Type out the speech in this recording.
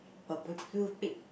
a barbecue pit